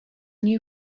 new